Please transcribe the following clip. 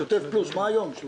שוטף פלוס 30,